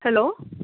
hello